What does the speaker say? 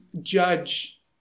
judge